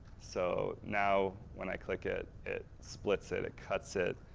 so now, when i click it, it splits it, it cuts it